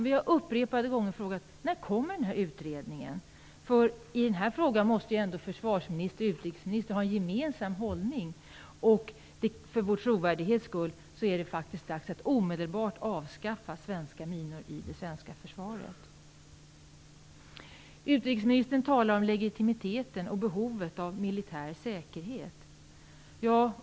Vi har upprepade gånger frågat när den utredningen kommer. I den här frågan måste ändå försvarsministern och utrikesministern ha en gemensam hållning. För vår trovärdighets skull måste den hållningen vara att omedelbart avskaffa svenska minor i det svenska försvaret. Utrikesministern talar om legitimiteten och behovet av militär säkerhet.